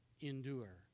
endure